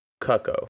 cuckoo